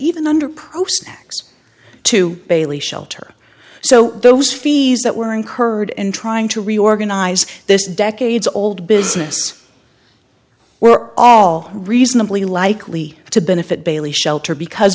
x to bailey shelter so those fees that were incurred in trying to reorganize this decades old business we're all reasonably likely to benefit bailey shelter because